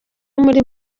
muri